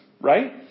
right